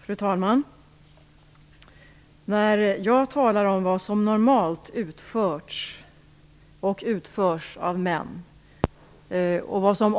Fru talman! När jag talar om vad som normalt har utförts och utförs av män och vad som